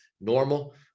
normal